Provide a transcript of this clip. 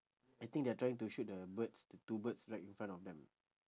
I think they're trying to shoot the birds the two birds right in front of them